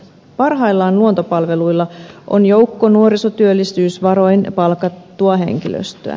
parhaillaan luontopalveluilla on joukko nuorisotyöllisyysvaroin palkattua henkilöstöä